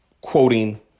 quoting